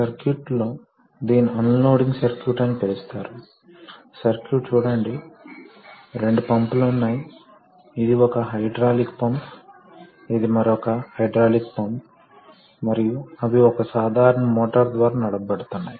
కాబట్టి మనం తప్పనిసరిగా చేయబోయేది ఏమిటంటే మనం ఒక చివర ద్రవానికి ప్రెషర్ ని వర్తింపజేయబోతున్నాము మరియు అదే ప్రెషర్ ప్రసారం కావడం జరుగుతుంది మరియు మరొక బాడీ పై పనిచేయడం జరుగుతుంది